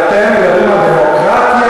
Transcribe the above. אתם מדברים על דמוקרטיה,